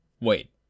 Wait